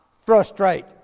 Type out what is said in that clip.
frustrate